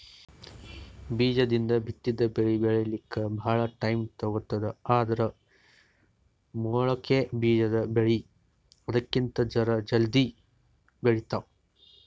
ಬೀಜದಿಂದ್ ಬಿತ್ತಿದ್ ಬೆಳಿ ಬೆಳಿಲಿಕ್ಕ್ ಭಾಳ್ ಟೈಮ್ ತಗೋತದ್ ಆದ್ರ್ ಮೊಳಕೆ ಬಿಜಾದ್ ಬೆಳಿ ಅದಕ್ಕಿಂತ್ ಜರ ಜಲ್ದಿ ಬೆಳಿತಾವ್